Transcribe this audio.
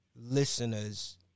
listeners